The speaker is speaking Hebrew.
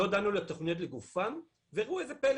לא דנו על התכניות לגופן וראו זה פלא